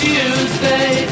Tuesday